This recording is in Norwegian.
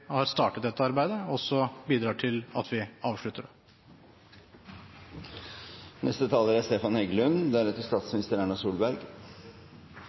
har bidratt til at vi har startet dette arbeidet, også bidrar til at vi avslutter det. Det er